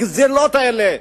הגזלות האלה,